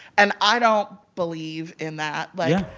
and i don't believe in that. like,